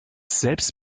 selbst